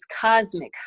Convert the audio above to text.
cosmic